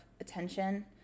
attention